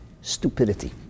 stupidity